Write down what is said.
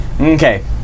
Okay